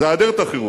היא היעדר תחרות.